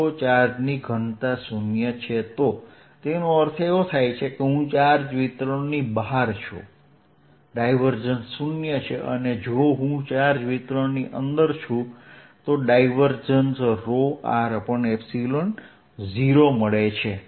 જો ચાર્જની ઘનતા 0 છે તેનો અર્થ છે કે હું ચાર્જ વિતરણની બહાર છું ડાયવર્જન્સ 0 છે અને જો હું ચાર્જ વિતરણની અંદર છું તો ડાયવર્જન્સ ৎ0 છે